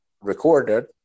recorded